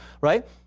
Right